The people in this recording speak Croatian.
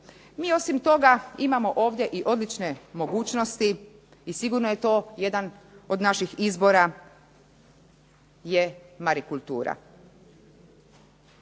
Mi osim toga mi ovdje imamo odlične mogućnosti i sigurno je to jedan od naših izbora je marikultura.